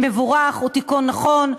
מבורך, הוא תיקון נכון.